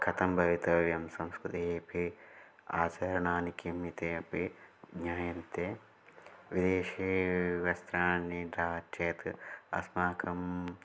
कथं भवितव्यं संस्कृतेऽपि आचरणानि किम् इति अपि ज्ञायन्ते विदेशे वस्त्राणि दद चेत् अस्माकं